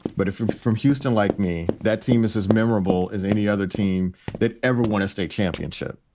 but if from houston, like me, that team is as memorable as any other team that ever won a state championship.